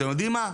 אתם יודעים מה,